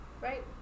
Right